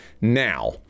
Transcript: now